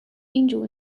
angel